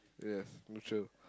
yes mature